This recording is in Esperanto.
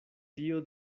tio